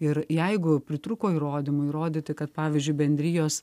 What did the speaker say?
ir jeigu pritrūko įrodymų įrodyti kad pavyzdžiui bendrijos